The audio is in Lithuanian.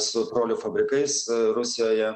su trolių fabrikais rusijoje